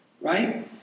Right